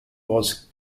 was